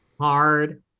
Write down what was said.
Hard